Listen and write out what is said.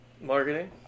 Marketing